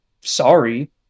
sorry